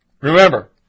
remember